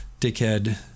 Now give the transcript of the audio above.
dickhead